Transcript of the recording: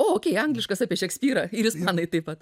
o okei angliškas apie šekspyrą ir ispanai taip pat